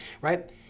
right